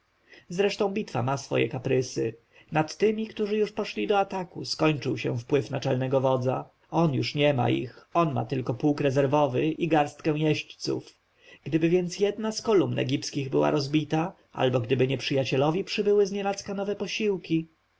bitwa ma swoje kaprysy nad tymi którzy już poszli do ataku skończył się wpływ naczelnego wodza on już nie ma ich on ma tylko pułk rezerwowy i garstkę jeźdźców gdyby więc jedna z kolumn egipskich była rozbita albo gdyby nieprzyjacielowi przybyły znienacka nowe posiłki